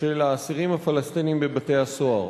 של האסירים הפלסטינים בבתי-הסוהר.